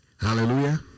Hallelujah